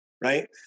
right